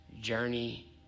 journey